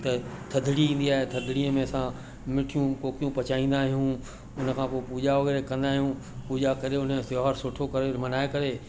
त थधिड़ी ईंदी आहे थधिड़ी में असां मिठियूं कोकियूं पचाईंदा आहियूं उन खां पोइ पूॼा वग़ैरह कंदा आहियूं पूॼा करे उन जो त्योहारु सुठो करे मल्हाए करे